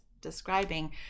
describing